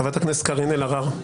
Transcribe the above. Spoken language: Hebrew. חברת הכנסת קארין אלהרר.